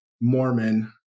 Mormon